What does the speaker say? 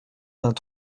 vingt